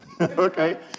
okay